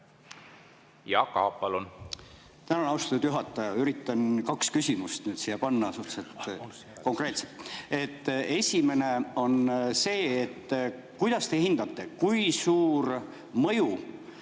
Aab, palun! Tänan, austatud juhataja! Üritan kaks küsimust siia panna suhteliselt konkreetselt. Esimene on see, et kuidas te hindate, kui suur mõju